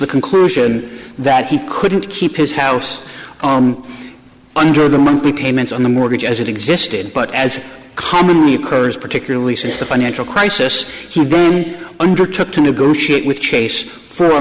the conclusion that he couldn't keep his house arm under the monthly payments on the mortgage as it existed but as commonly occurs particularly since the financial crisis undertook to negotiate with chase for a